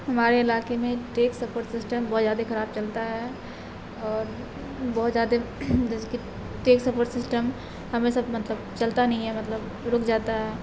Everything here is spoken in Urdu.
ہمارے علاقے میں ٹیک سپورٹ سسٹم بہت زیادہ خراب چلتا ہے اور بہت زیادہ جیسے کہ ٹیک سپورٹ سسٹم ہمیں سب مطلب چلتا نہیں ہے مطلب رک جاتا ہے